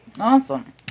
Awesome